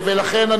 ולכן,